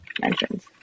Mentions